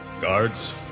guards